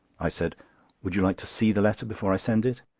i said would you like to see the letter before i send it?